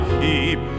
keep